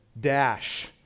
dash